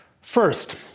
first